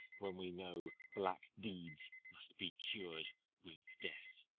when we know black deeds must be cur'd with death.